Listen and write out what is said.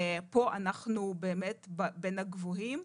פה אנחנו באמת בין הגבוהים.